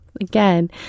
again